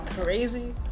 crazy